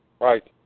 Right